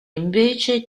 invece